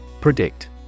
Predict